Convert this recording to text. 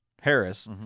Harris